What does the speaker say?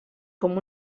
com